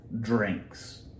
drinks